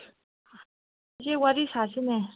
ꯏꯆꯦ ꯋꯥꯔꯤ ꯁꯥꯁꯤꯅꯦ